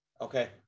Okay